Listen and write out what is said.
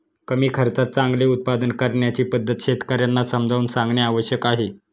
कमी खर्चात चांगले उत्पादन करण्याची पद्धत शेतकर्यांना समजावून सांगणे आवश्यक आहे